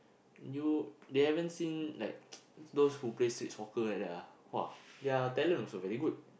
you they haven't seen like those who play street soccer like that they're talent also very good